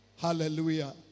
Hallelujah